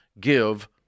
give